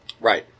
Right